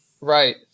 Right